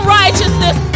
righteousness